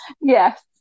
Yes